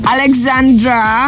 Alexandra